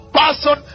person